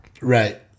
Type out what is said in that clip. Right